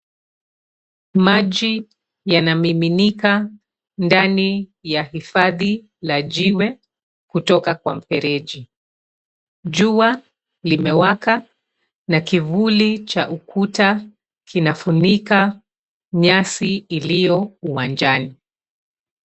Maji yanamiminika ndani ya hifadhi la jiwe kutoka kwa mfereji. Jua limewaka na kivuli cha ukuta kina funika nyasi iliyo uwanjani.